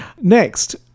next